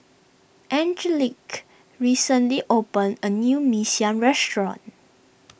Angelique recently opened a new Mee Siam restaurant